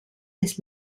des